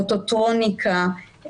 אוטוטרוניקה,